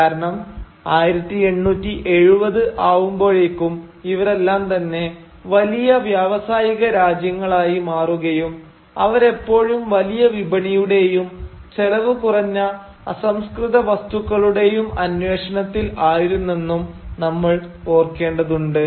കാരണം 1870 ആവുമ്പോഴേക്കും ഇവരെല്ലാം തന്നെ വലിയ വ്യവസായിക രാജ്യങ്ങളായി മാറുകയും അവരെപ്പോഴും വലിയ വിപണിയുടെയും ചെലവ് കുറഞ്ഞ അസംസ്കൃതവസ്തുക്കളുടെയും അന്വേഷണത്തിൽ ആയിരുന്നെന്നും നമ്മൾ ഓർക്കേണ്ടതുണ്ട്